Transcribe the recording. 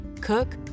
cook